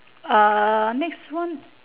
uh next one